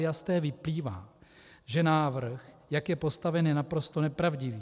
Z té vyplývá, že návrh, jak je postaven, je naprosto nepravdivý.